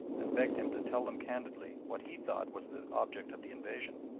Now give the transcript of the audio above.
and begged him to tell them candidly what he thought was the object of the invasion.